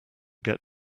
get